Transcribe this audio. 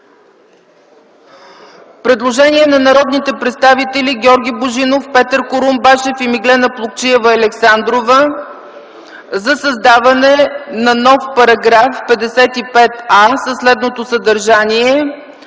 предложение от народните представители Георги Божинов, Петър Курумбашев и Меглена Плугчиева-Александрова за създаване на нов § 55а със следното съдържание: